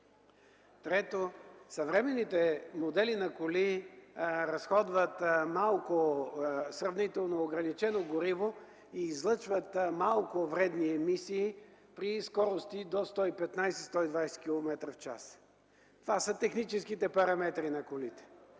трето, съвременните модели на коли разходват сравнително ограничено гориво и излъчват малко вредни емисии при скорости до 115-120 километра в час. Това са техническите параметри на колите.